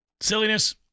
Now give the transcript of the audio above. Silliness